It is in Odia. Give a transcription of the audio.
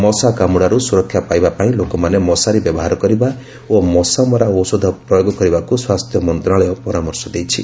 ମଶା କାମୁଡାରୁ ସୁରକ୍ଷା ପାଇବା ପାଇଁ ଲୋକମାନେ ମଶାରୀ ବ୍ୟବହାର କରିବା ଓ ମଶାମରା ଔଷଧ ପ୍ରୟୋଗ କରିବାକୁ ସ୍ୱାସ୍ଥ୍ୟ ମନ୍ତ୍ରଣାଳୟ ପରାମର୍ଶ ଦେଇଛି